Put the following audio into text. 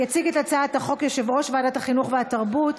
יציג את הצעת החוק יושב-ראש ועדת החינוך והתרבות,